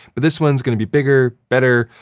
but this one is going to be bigger, better,